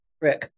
Rick